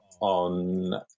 on